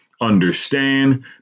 understand